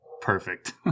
perfect